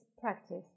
practice